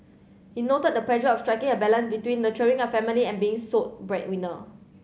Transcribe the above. he noted the pressure of striking a balance between nurturing a family and being sole breadwinner